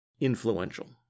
influential